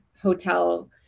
hotel